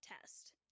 test